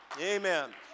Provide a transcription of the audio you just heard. Amen